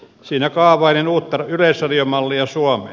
siinä kaavailin uutta yleisradiomallia suomeen